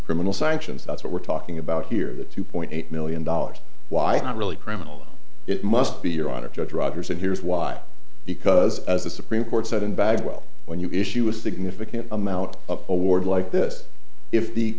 criminal sanctions that's what we're talking about here the two point eight million dollars why not really criminal it must be your honor judge rogers and here's why because as the supreme court said in bad well when you issue a significant amount of award like this if the